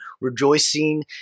rejoicing